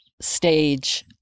stage